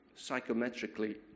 psychometrically